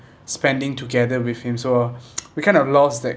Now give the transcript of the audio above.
spending together with him so we kind of lost that